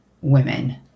women